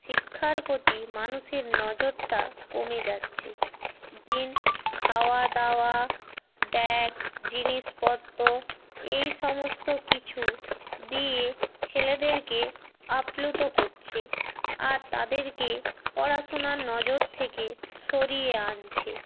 শিক্ষার প্রতি মানুষের নজরটা কমে যাচ্ছে দিন খাওয়া দাওয়া ব্যাগ জিনিসপত্র এই সমস্ত কিছু দিয়ে ছেলেদেরকে আপ্লুত করছে আর তাদেরকে পড়াশোনার নজর থেকে সরিয়ে আনছে